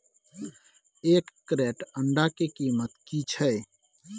एक क्रेट अंडा के कीमत की छै?